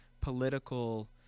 political